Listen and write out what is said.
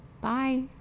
Bye